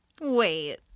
Wait